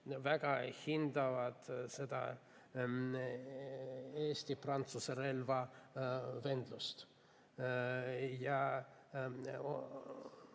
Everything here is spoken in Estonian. väga hindavad Eesti-Prantsuse relvavendlust.